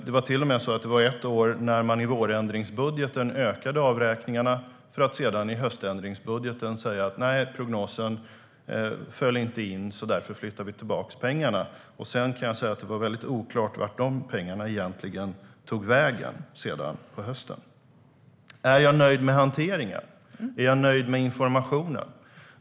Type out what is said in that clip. Det var till och med så att man ett år i vårändringsbudgeten ökade avräkningarna för att sedan i höständringsbudgeten säga: Prognosen föll inte ut så, och därför flyttar vi tillbaka pengarna. Vart de pengarna egentligen tog vägen sedan på hösten kan jag säga var väldigt oklart. Är jag nöjd med hanteringen? Är jag nöjd med informationen?